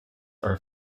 are